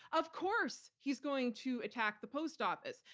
of course he's going to attack the post office.